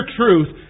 truth